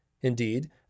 Indeed